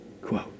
quote